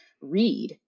read